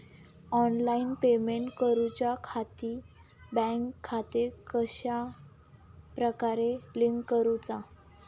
Online payment करुच्याखाती bank खाते कश्या प्रकारे लिंक करुचा?